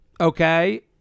okay